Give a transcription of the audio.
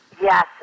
Yes